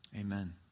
amen